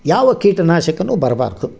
ಯಾವ ಕೀಟನಾಶಕನು ಬರ್ಬಾರದು